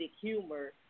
humor